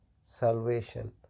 salvation